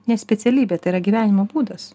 ne specialybė tai yra gyvenimo būdas